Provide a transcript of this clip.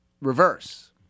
reverse